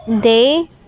day